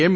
એમ